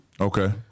Okay